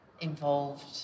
involved